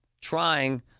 Trying